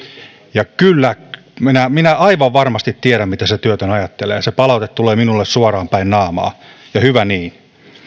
ja kyllä minä minä aivan varmasti tiedän mitä se työtön ajattelee se palaute tulee minulle suoraan päin naamaa ja hyvä niin